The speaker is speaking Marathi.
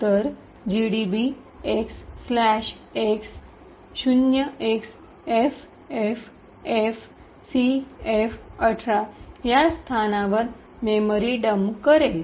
तर gdb x x 0xFFFFCF18 या स्थानावर मेमरी डम्प करेल